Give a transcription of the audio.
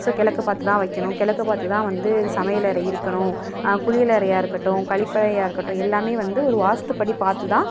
so கிழக்கு பார்த்து தான் வெக்கணும் கிழக்கு பார்த்து தான் வந்து சமையலறை இருக்கணும் குளியலறையாக இருக்கட்டும் கழிப்பறையாக இருக்கட்டும் எல்லாமே வந்து ஒரு வாஸ்துபடி பார்த்து தான்